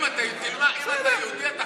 רק אם אתה יהודי אתה חייב.